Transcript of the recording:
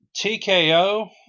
TKO